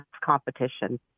competition